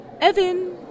Evan